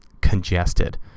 congested